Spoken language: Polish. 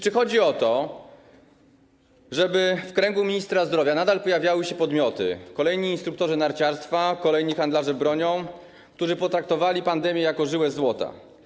Czy chodzi o to, żeby w kręgu ministra zdrowia nadal pojawiały się podmioty, kolejni instruktorzy narciarstwa, kolejni handlarze bronią, którzy potraktowali pandemię jako żyłę złota?